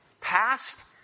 Past